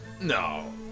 No